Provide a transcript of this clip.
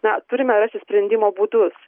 na turime rasti sprendimo būdus